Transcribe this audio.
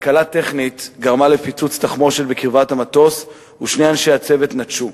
תקלה טכנית גרמה לפיצוץ תחמושת בקרבת המטוס ושני אנשי הצוות נטשו,